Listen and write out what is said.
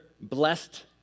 blessed